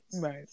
Right